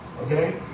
okay